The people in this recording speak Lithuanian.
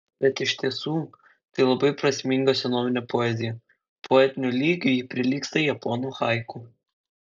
bet iš tiesų tai labai prasminga senovinė poezija poetiniu lygiu ji prilygsta japonų haiku